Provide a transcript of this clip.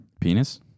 Penis